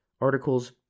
articles